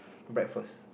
breakfast